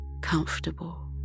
comfortable